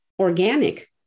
organic